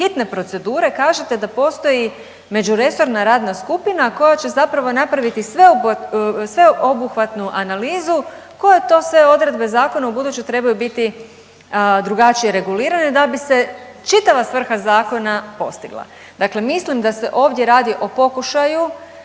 procedure kažete da postoji međuresorna radna skupina koja će zapravo napraviti sveobuhvatnu analizu koje to sve odredbe zakona u buduće trebaju biti drugačije regulirane da bi se čitava svrha zakona postigla. Dakle, mislim da se ovdje radi o pokušaju